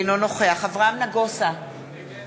אינו נוכח אברהם נגוסה, נגד משולם